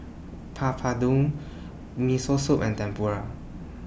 Papadum Miso Soup and Tempura